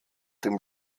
dem